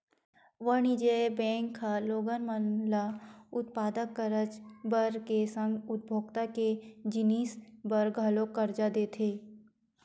वाणिज्य बेंक ह लोगन मन ल उत्पादक करज बर के संग उपभोक्ता के जिनिस बर घलोक करजा देथे